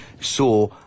saw